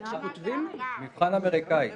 זה מבחן אמריקאי.